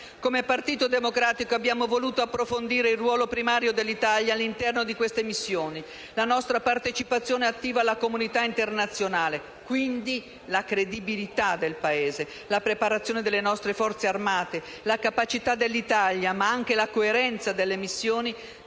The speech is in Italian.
come Partito Democratico, abbiamo voluto approfondire il ruolo primario dell'Italia all'interno di queste missioni, la nostra partecipazione attiva alla comunità internazionale e, quindi, la credibilità del Paese, la preparazione delle nostre Forze armate, la capacità dell'Italia, ma anche la coerenza delle missioni